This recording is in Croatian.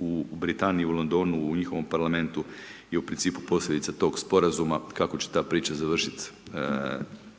u Britaniji, u Londonu, u njihovom Parlamentu, i u principu posljedica tog Sporazuma kako će ta priča završiti,